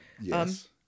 Yes